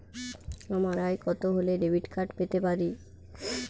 আমার আয় কত হলে ডেবিট কার্ড পেতে পারি?